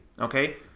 okay